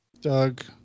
Doug